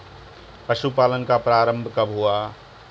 पशुपालन का प्रारंभ कब हुआ?